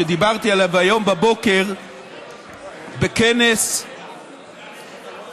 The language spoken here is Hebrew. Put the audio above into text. שדיברתי עליו היום בבוקר בכנס סביבתי